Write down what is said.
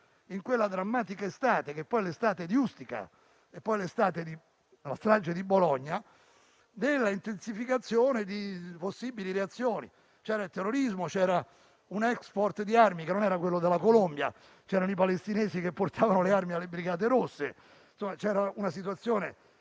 in quella drammatica estate, che è poi l'estate di Ustica e della strage di Bologna, dell'intensificazione di possibili reazioni. C'erano il terrorismo, un *export* di armi che non era quello della Colombia, i palestinesi che portavano le armi alle Brigate Rosse. C'era insomma una situazione